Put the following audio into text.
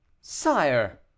sire